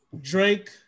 Drake